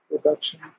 Production